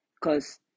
Cause